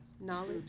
Knowledge